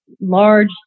large